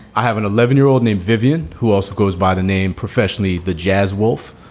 i have an eleven year old named vivian who also goes by the name professionally. the jazz wolf.